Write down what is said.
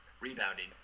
Rebounding